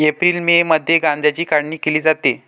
April May मध्ये गांजाची काढणी केली जाते